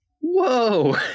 whoa